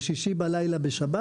בשישי בלילה ובשבת.